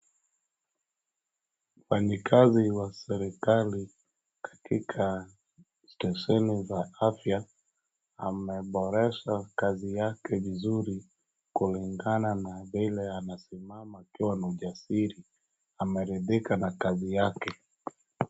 Wafanyikazi wa serikali katika stesheni za afya anaboresha kazi yake vizuri kulingana na vile anasimama akiwa na ujasiri, ameridhika na kazi yake.